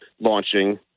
Launching